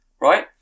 Right